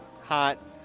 hot